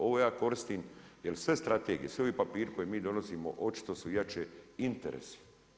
Ovo ja koristim jer sve strategije, svi ovi papiri koje mi donosimo, očito su jači interesi.